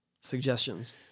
suggestions